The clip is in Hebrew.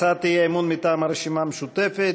הצעת האי-אמון מטעם הרשימה המשותפת: